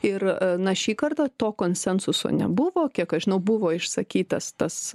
ir na šį kartą to konsensuso nebuvo kiek aš žinau buvo išsakytas tas